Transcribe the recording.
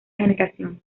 generación